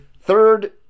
Third